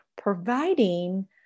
providing